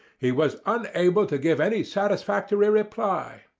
he was unable to give any satisfactory reply.